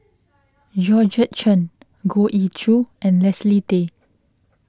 Georgette Chen Goh Ee Choo and Leslie Tay